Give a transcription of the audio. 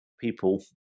people